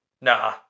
Nah